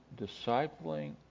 discipling